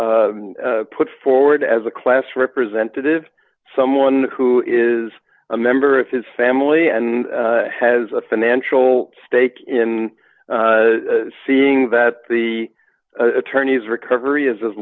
to put forward as a class representative someone who is a member of his family and has a financial stake in seeing that the attorney's recovery is as